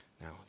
Now